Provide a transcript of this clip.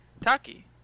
taki